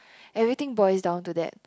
everything boils down to that